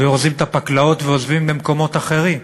ואורזים את הפקלאות ועוזבים למקומות אחרים.